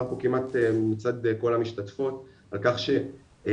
פה מצד כמעט כל המשתתפות על כך שהסתרה,